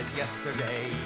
yesterday